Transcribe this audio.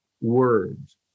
words